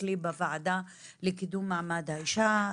אצלי בוועדה לקידום מעמד האישה.